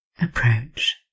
approach